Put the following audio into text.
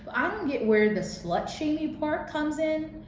i don't get where the slut-shaming part comes in,